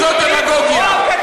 שום דבר לא מעניין אותך,